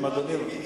כלומר,